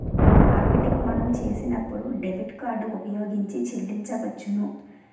marketing మనం చేసినప్పుడు debit card ఉపయోగించి చెల్లించవచ్చును